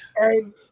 and-